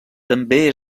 també